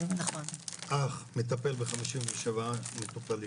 אח מטפל ב-57 מטופלים,